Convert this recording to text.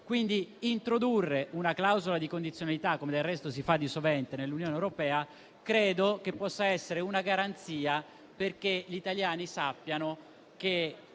Pertanto introdurre una clausola di condizionalità, come del resto si fa di sovente nell'Unione europea, credo possa essere una garanzia perché gli italiani sappiano che